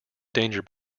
danger